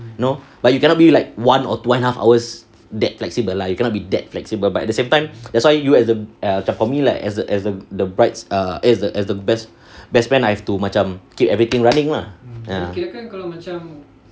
you know but you cannot be like one or one and half hours that flexible lah you cannot be that flexible but at the same time that's why you as the macam for me lah as the as the the brides err eh as the best best man I have to macam keep everything running lah ya